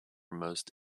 most